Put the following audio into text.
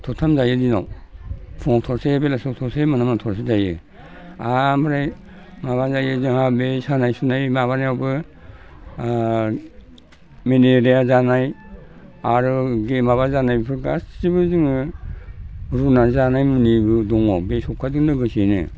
थरथाम जायो दिनाव फुङाव थरसे बेलासियाव थरसे मोना मोना थरसे जायो ओमफ्राय माबा जायो जोंहा बै सानाया सुनाय माबानायावबो मेलेरिया जानाय आरो बे माबा जानाय बेफोर गासैबो जोङो रुनानै जानाय मुलिबो दङ बै सबखाजों लोगोसेनो